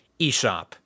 eShop